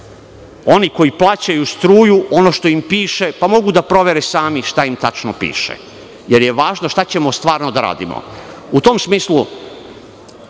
oni koji plaćaju struju, ono što im piše, pa mogu da provere sami šta im tačno piše, jer je važno šta ćemo stvarno da radimo.U tom smislu,